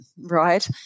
right